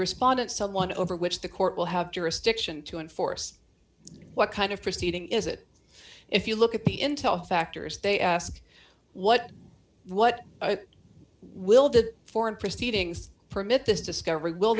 respondent someone over which the court will have jurisdiction to enforce what kind of proceeding is it if you look at the intel factors they ask what what will the foreign proceedings permit this discovery will